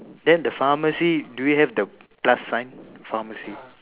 then the pharmacy do you have the plus sign pharmacy